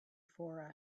for